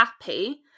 happy